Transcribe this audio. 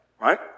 right